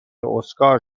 اسکار